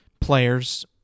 players